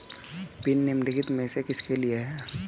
Pin निम्नलिखित में से किसके लिए है?